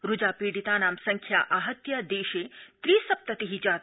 Ruja पीडितानां संख्या आहत्य देशे त्रि सप्तति जाता